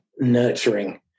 nurturing